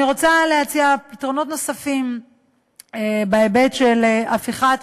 אני רוצה להציע פתרונות נוספים בהיבט של הפיכת,